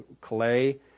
clay